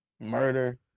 Murder